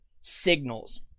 signals